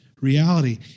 reality